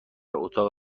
اتاق